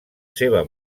seva